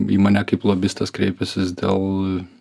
į mane kaip lobistas kreipęsis dėl